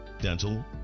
dental